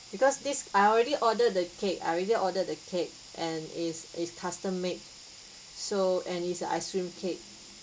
because this I already ordered the cake I already ordered the cake and is is custom made so and is a ice cream cake